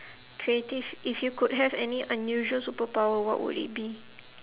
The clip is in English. creative if you could have any unusual superpower what would it be